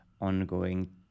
ongoing